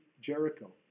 Jericho